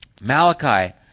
Malachi